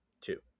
two